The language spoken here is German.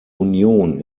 union